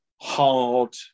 hard